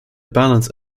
balance